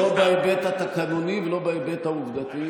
עובדה